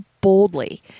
boldly